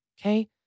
Okay